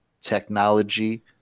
technology